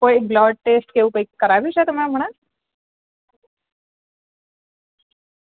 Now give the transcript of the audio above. કોઈ blood test કે એવું કંઈ કરાવ્યું છે તમે હમણાં